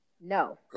No